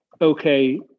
okay